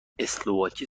اسلواکی